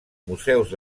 museus